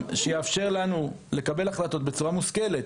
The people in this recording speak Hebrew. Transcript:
שיאפשר לנו לקבל החלטות בצורה מושכלת.